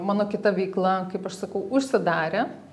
mano kita veikla kaip aš sakau užsidarė